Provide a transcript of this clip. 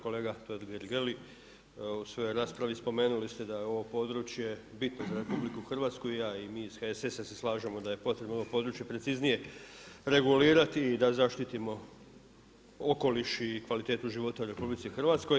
Kolega Totgergeli, u svojoj raspravi spomenuli ste da je ovo područje bitno za RH i ja i mi iz HSS-a se slažemo da je potrebno ovo područje preciznije regulirati i da zaštitimo okoliš i kvalitetu života u RH.